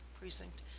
precinct